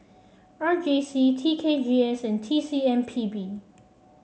R J C T K G S and T C M P B